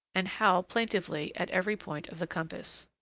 and howl plaintively at every point of the compass.